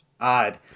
odd